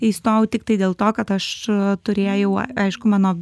įstojau tiktai dėl to kad aš turėjau aiškų mano